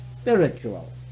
spiritual